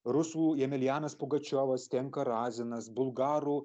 rusų jemelijanas pugačiovas ten karazinas bulgarų